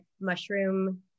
mushroom